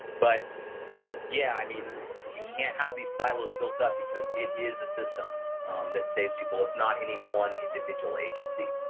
but yeah i mean you cannot have these silos built up because it is a system that saves people. it is not any one individual agency.